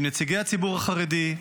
עם נציגי הציבור החרדי,